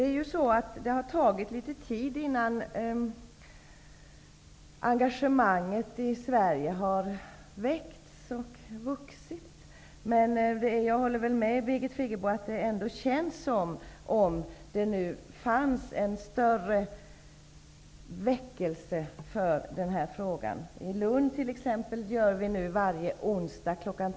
Fru talman! Det har tagit litet tid innan engagemanget i Sverige har väckts och vuxit. Men jag håller med Birgit Friggebo om att det ändå känns som att det nu finns en större väckelse för denna fråga. I Lund t.ex. görs varje onsdag kl.